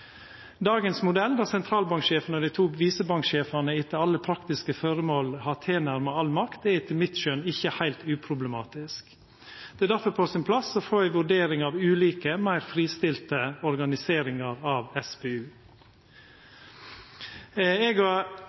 Dagens modell, der sentralbanksjefen og dei to visebanksjefane etter alle praktiske føremål har tilnærma all makt, er etter mitt skjøn ikkje heilt uproblematisk. Det er difor på sin plass å få ei vurdering av ulike, meir fristilte, organiseringar av SPU. Eg